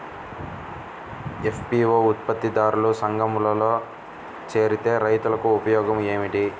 FPO ఉత్పత్తి దారుల సంఘములో చేరితే రైతులకు ఉపయోగము ఏమిటి?